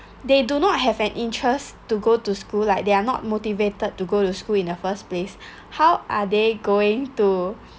they do not have an interest to go to school like they are not motivated to go to school in the first place how are they going to